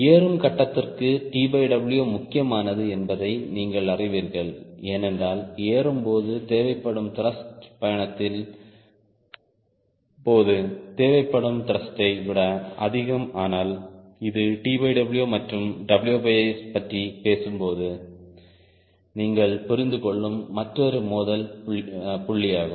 ஏறும் கட்டத்திற்கு TW முக்கியமானது என்பதை நீங்கள் அறிவீர்கள் ஏனென்றால் ஏறும் போது தேவைப்படும் த்ருஷ்ட் பயணத்தின் போது தேவைப்படும் த்ருஷ்ட் யை விட அதிகம் ஆனால் இது TW மற்றும் WS பற்றி பேசும்போது நீங்கள் புரிந்துகொள்ளும் மற்றொரு மோதல் புள்ளியாகும்